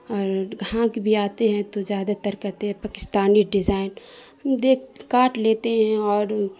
اور گاہک بھی آتے ہیں تو زیادہ تر کہتے ہیں پاکستانی ڈیزائن دیکھ کاٹ لیتے ہیں اور